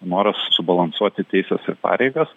noras subalansuoti teises ir pareigas